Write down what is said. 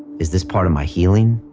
is this part of my healing?